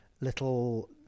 little